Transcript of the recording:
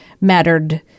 mattered